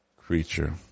Creature